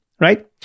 right